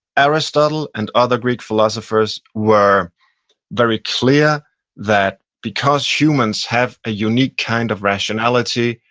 aristotle and other greek philosophers were very clear that because humans have a unique kind of rationality,